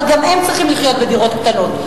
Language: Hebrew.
אבל גם הם צריכים לחיות בדירות קטנות.